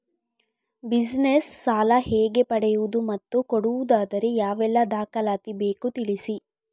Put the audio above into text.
Business ಸಾಲ ಹೇಗೆ ಪಡೆಯುವುದು ಮತ್ತು ಕೊಡುವುದಾದರೆ ಯಾವೆಲ್ಲ ದಾಖಲಾತಿ ಬೇಕು ತಿಳಿಸಿ?